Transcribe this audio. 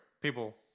people